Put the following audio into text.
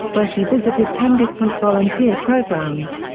where she visited ten different volunteer programs.